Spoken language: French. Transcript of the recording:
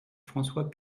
françois